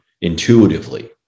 intuitively